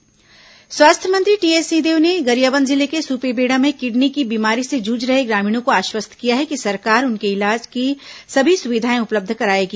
सिंहदेव सुपेबेड़ा स्वास्थ्य मंत्री टीएस सिंहदेव ने गरियाबंद जिले के सुपेबेड़ा में किडनी की बीमारी से जूझ रहे ग्रामीणों को आश्वस्त किया है कि सरकार उनके इलाज की सभी सुविधाएं उपलब्ध कराएगी